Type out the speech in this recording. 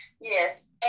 Yes